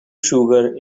sugar